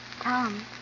Tom